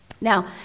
Now